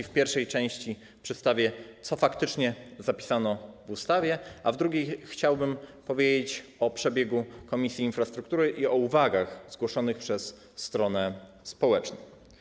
W pierwszej części przedstawię, co faktycznie zapisano w ustawie, a w drugiej powiem o przebiegu posiedzenia Komisji Infrastruktury i uwagach zgłoszonych przez stronę społeczną.